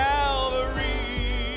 Calvary